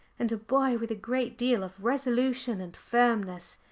and a boy with a great deal of resolution and firmness.